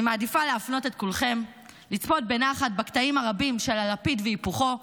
אני מעדיפה להפנות את כולכם לצפות בנחת בקטעים הרבים של הלפיד והיפוכו.